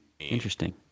Interesting